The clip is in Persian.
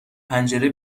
پنجره